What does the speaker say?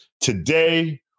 Today